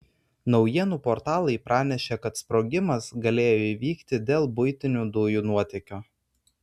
naujienų portalai pranešė kad sprogimas galėjo įvykti dėl buitinių dujų nuotėkio